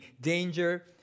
danger